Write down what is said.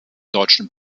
deutschen